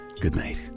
goodnight